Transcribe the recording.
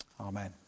Amen